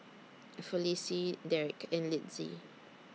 Felicie Derek and Litzy